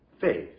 faith